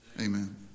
Amen